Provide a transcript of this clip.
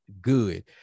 good